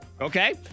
Okay